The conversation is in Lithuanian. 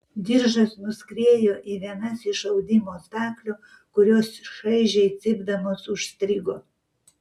diržas nuskriejo į vienas iš audimo staklių kurios šaižiai cypdamos užstrigo